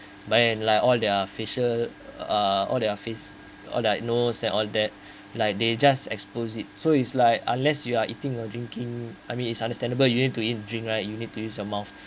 by and like all their facial uh all their face all their nose and all that like they just expose it so it's like unless you are eating or drinking I mean it's understandable you need to eat drink right you need to use your mouth